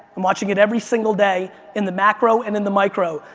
i'm watching it every single day in the macro and in the micro.